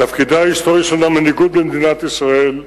תפקידה ההיסטורי של המנהיגות במדינת ישראל,